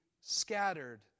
scattered